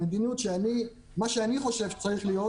מה שאני חושב שצריך להיות,